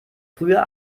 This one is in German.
früher